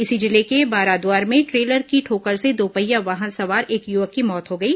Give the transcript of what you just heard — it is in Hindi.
इसी जिले के बाराद्वार में ट्रेलर की ठोकर से दोपहिया सवार एक युवक की मौत हो गई